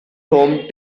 home